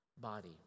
body